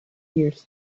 years